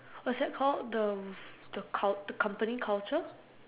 what's that called the the company culture